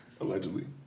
Allegedly